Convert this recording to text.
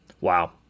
Wow